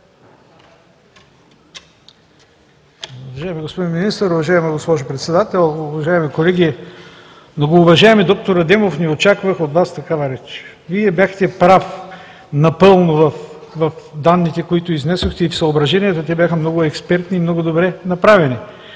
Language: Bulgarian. Уважаема госпожо Министър, уважаема госпожо Председател, уважаеми колеги! Многоуважаеми д-р Адемов, не очаквах от Вас такава реч. Вие бяхте прав напълно в данните, които изнесохте, и в съображенията – те бяха много експертни и много добре направени